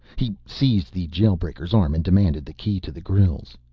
he seized the jail-breaker's arm and demanded the key to the grilles.